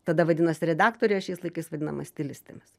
tada vadinosi redaktorė o šiais laikais vadinama stilistėmis